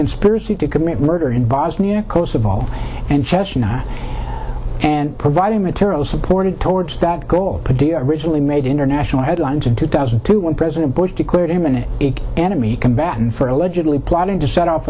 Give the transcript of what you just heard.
conspiracy to commit murder in bosnia kosovo and gesture and providing material support and towards that goal originally made international headlines in two thousand and two when president bush declared imminent enemy combatant for allegedly plotting to set off